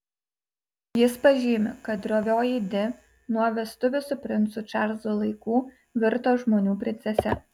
jis pažymi kad drovioji di nuo vestuvių su princu čarlzu laikų virto žmonių princese